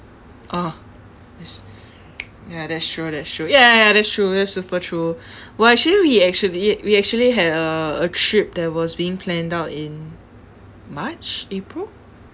ah that's ya that's true that's true ya ya ya that's true that's super true well actually we actually we actually had a a trip that was being planned out in march april